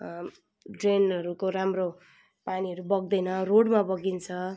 ड्रेनहरूको राम्रो पानीहरू बग्दैन रोडमा बग्छ